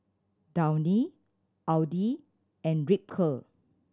Downy Audi and Ripcurl